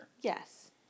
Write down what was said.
Yes